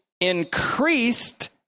increased